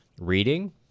reading